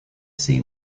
see